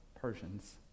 Persians